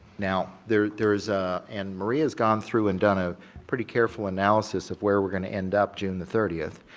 now there there is a and maria has gone through and done a pretty careful analysis of where we are going to end up june the thirtieth,